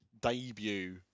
debut